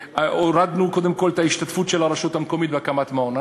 הורדנו קודם כול את ההשתתפות של הרשות המקומית בהקמת מעון.